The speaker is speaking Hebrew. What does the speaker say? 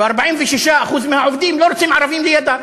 ו-46% מהעובדים לא רוצים ערבים לידם.